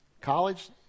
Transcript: college